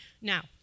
Now